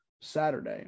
saturday